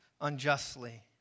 unjustly